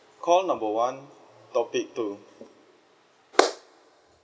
call number one topic two